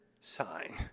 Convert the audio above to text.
sign